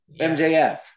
MJF